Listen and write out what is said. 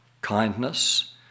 kindness